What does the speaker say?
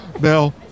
Bill